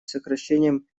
сокращением